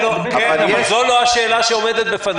אבל זו לא השאלה שעומדת בפנינו.